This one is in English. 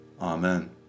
Amen